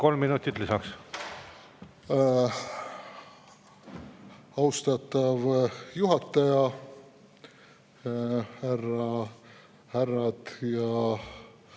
Kolm minutit lisaks. Austatav juhataja! Härrad ja